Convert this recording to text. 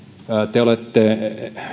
te te olette